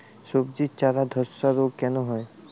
সবজির চারা ধ্বসা রোগ কেন হয়?